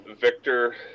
Victor